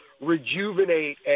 rejuvenate